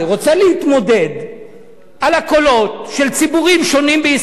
רוצה להתמודד על הקולות של ציבורים שונים בישראל,